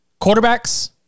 quarterbacks